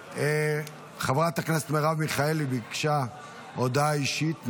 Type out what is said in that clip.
חברת הכנסת מרב מיכאלי ביקשה הודעה אישית.